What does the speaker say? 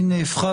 היא נהפכה